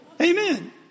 Amen